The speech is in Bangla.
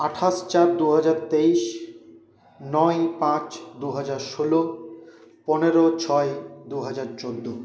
আঠাশ চার দুহাজার তেইশ নয় পাঁচ দুহাজার ষোলো পনেরো ছয় দুহাজার চৌদ্দো